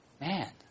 man